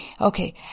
okay